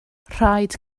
rhaid